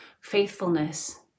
faithfulness